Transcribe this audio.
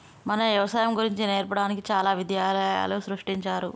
మన యవసాయం గురించి నేర్పడానికి చాలా విద్యాలయాలు సృష్టించారు